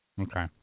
Okay